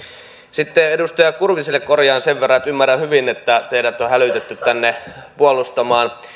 sitten edustaja kurviselle korjaan sen verran että ymmärrän hyvin että teidät on hälytetty tänne puolustamaan